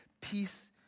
peace